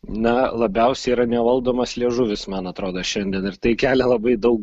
na labiausiai yra nevaldomas liežuvis man atrodo šiandien ir tai kelia labai daug